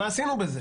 מה עשינו בזה?